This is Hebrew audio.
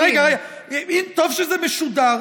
אבל רגע, טוב שזה משודר.